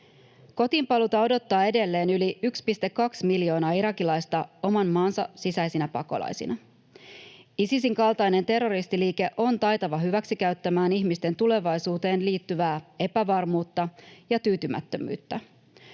Kotiinpaluuta odottaa edelleen yli 1,2 miljoonaa irakilaista oman maansa sisäisinä pakolaisina. Isisin kaltainen terroristiliike on taitava hyväksikäyttämään ihmisten tulevaisuuteen liittyvää epävarmuutta ja tyytymättömyyttä.